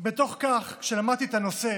בתוך כך, כשלמדתי את הנושא